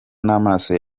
n’amaso